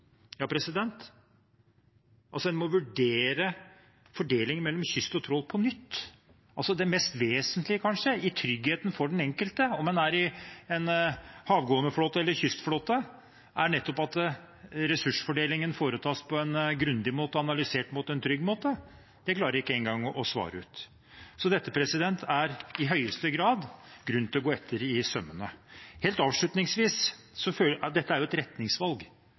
det mest vesentlige i tryggheten for den enkelte – om man er i en havgående flåte eller kystflåten – er nettopp at ressursfordelingen foretas på en grundig, analysert og trygg måte. Det klarer man ikke engang å svare ut. Så det er i høyeste grad grunn til å gå dette etter i sømmene. Helt avslutningsvis: Dette er jo et retningsvalg.